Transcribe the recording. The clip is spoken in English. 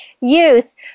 youth